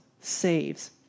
saves